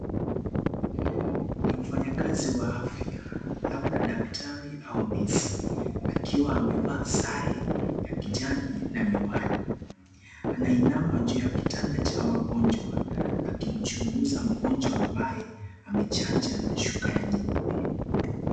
Ni mfanyikazi wa afya labda daktari au nesi akiwa amevaa sare ya kijani na miwani anainama juu ya kitanda cha wagonjwa akimchunguza mgonjwa ambaye amechanja na shuka ya nyeupe.